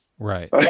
Right